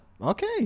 Okay